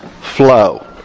flow